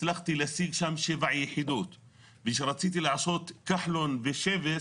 הצלחת להשיג שם 7 יחידות וכשרציתי לעשות כחלון ושבס